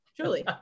truly